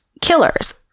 killers